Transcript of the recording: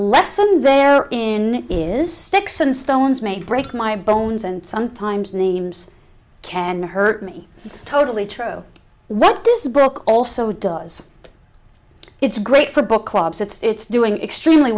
lesson they're in is sticks and stones may break my bones and sometimes names can hurt me it's totally true what this book also does it's great for book clubs it's doing extremely